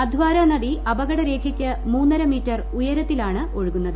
അധ്വാര നദി അപകട രേഖയ്ക്ക് മൂന്ന്ർ മീറ്റർ ഉയരത്തിലാണ് ഒഴുകുന്നത്